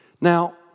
Now